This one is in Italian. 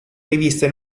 riviste